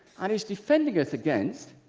and he's defending us against.